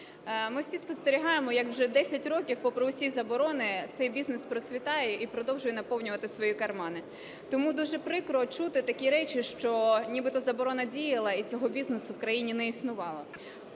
Ми всі спостерігаємо як вже 10 років попри усі заборони цей бізнес процвітає і продовжує наповнювати свої кармани, тому дуже прикро чути такі речі, що нібито заборона діяла і цього бізнесу в країні не існувало.